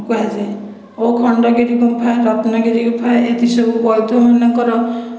କୁହାଯାଏ ଓ ଖଣ୍ଡଗିରି ଗୁମ୍ଫା ରତ୍ନଗିରି ଗୁମ୍ଫା ଏ'ଠି ସବୁ ବୌଦ୍ଧ ମାନଙ୍କର